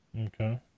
Okay